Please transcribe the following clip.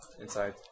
inside